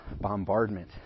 bombardment